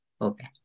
Okay